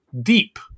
deep